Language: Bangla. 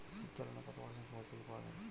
শিক্ষা লোনে কত পার্সেন্ট ভূর্তুকি পাওয়া য়ায়?